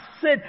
sit